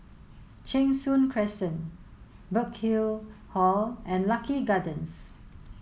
Cheng Soon Crescent Burkill Hall and Lucky Gardens